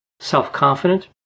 Self-confident